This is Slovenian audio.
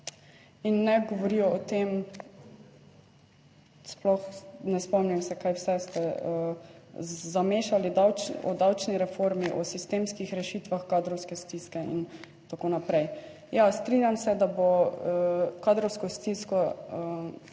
in ne govorijo o tem, sploh ne spomnim se kaj vse ste zamešali o davčni reformi, o sistemskih rešitvah kadrovske stiske in tako naprej. Ja, strinjam se, da bo kadrovsko stisko,